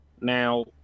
Now